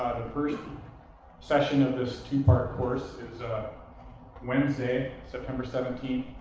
first session of this two-part course is ah wednesday, september seventeenth.